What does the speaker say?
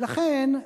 לכן,